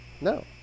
No